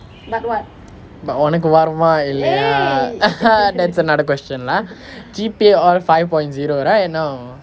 but உனக்கு வருமா இல்லையா:unakku varumaa illaiyaa that's another question lah G_P_A all five point zero right a not